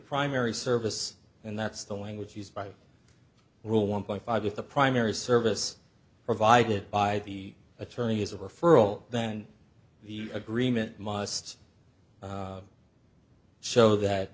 primary service and that's the language used by rule one point five if the primary service provided by the attorney is a referral then the agreement must show that